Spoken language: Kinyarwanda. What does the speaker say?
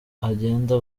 agende